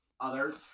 others